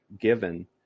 given